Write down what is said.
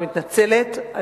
אני מתנצלת,